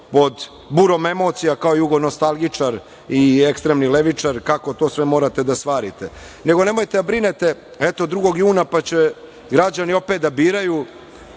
pod burom emocija kao jugonostalgičar i ekstremni levičar, kako to sve morate da svarite. Nego, nemojte da brinete. Eto, 2. juna pa će građani opet da biraju